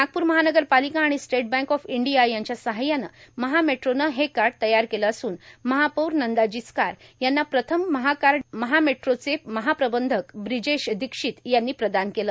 नागपूर महानगरपालिका आणि State Bank of India यांच्या सहाय्यानं महामेट्रोनं हे कार्ड तयार केले असून महापौर नंदा जिचकार यांना प्रथम महाकार्ड महामेट्रोचे महाप्रबंधक ब्रिजेश दीक्षित यांनी प्रदान केलं